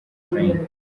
train